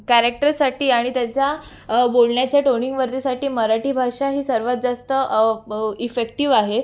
कॅरेक्टरसाठी आणि त्याच्या बोलण्याच्या टोनिंगवरती साठी मराठी भाषा ही सर्वात जास्त ब इफेक्टिव्ह आहे